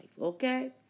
okay